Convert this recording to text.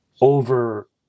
over